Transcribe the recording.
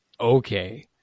Okay